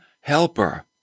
helper